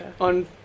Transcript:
On